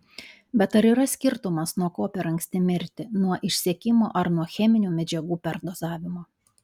bet ar yra skirtumas nuo ko per anksti mirti nuo išsekimo ar nuo cheminių medžiagų perdozavimo